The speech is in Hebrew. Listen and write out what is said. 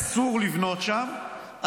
אסור לבנות שם,